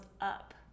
up